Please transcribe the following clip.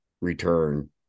return